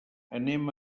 anem